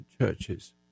churches